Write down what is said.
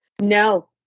No